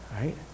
right